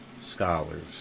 scholars